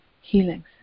healings